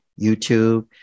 youtube